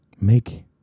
make